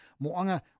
Mo'anga